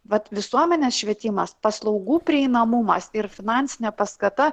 vat visuomenės švietimas paslaugų prieinamumas ir finansinė paskata